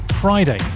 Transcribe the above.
Friday